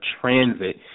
transit